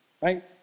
right